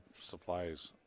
supplies